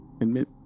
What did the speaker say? admit